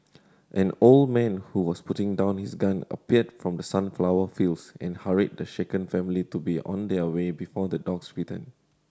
an old man who was putting down his gun appeared from the sunflower fields and hurried the shaken family to be on their way before the dogs return